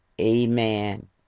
amen